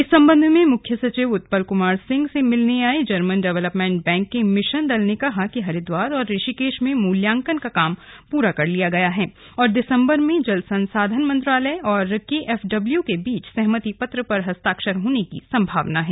इस संबंध में मुख्य सचिव उत्पल कुमार सिंह से मिलने आये जर्मन डेवलपमेंट बैंक के मिशन दल ने कहा कि हरिद्वार और ऋषिकेश में मूल्यांकन का काम पूरा कर लिया गया है और दिसंबर में जल संसाधन मंत्रालय और केएफडब्लू के बीच सहमति पत्र पर हस्ताक्षर होने की संभावना है